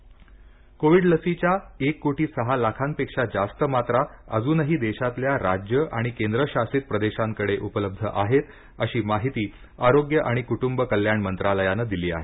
लस कोविड लसीच्या एक कोटी सहा लाखांपेक्षा जास्त मात्रा अजूनही देशातल्या राज्यं आणि केंद्रशासित प्रदेशांकडे उपलब्ध आहेत अशी माहिती आरोग्य आणि कुटुंब कल्याण मंत्रालयानं दिली आहे